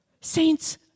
Saints